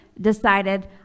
decided